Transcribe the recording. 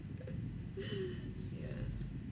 ya